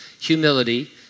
humility